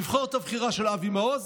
לבחור את הבחירה של אבי מעוז